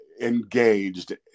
engaged